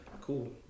Cool